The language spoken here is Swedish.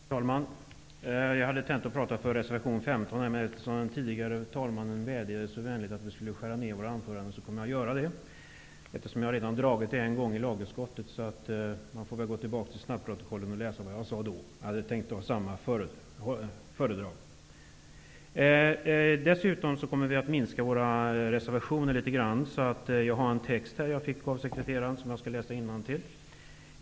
Herr talman! Jag hade tänkt att tala om reservation 15, men eftersom andre vice talmannen så vänligt vädjade om att vi skulle skära ned våra anföranden tänker jag göra så. Jag har redan dragit det här en gång i lagutskottet, så man får gå tillbaks till snabbprotokollet för att läsa vad jag sade då. Jag hade nämligen tänkt att hålla samma föredrag. Vi i Ny demokrati kommer också att minska antalet reservationer något.